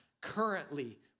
currently